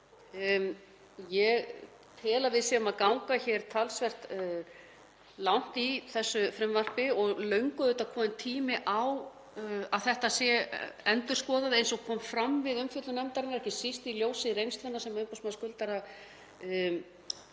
Ég tel að við séum að ganga hér talsvert langt í þessu frumvarpi og löngu kominn tími á að þetta sé endurskoðað eins og kom fram við umfjöllun nefndarinnar, ekki síst í ljósi reynslunnar sem umboðsmaður skuldara